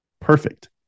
perfect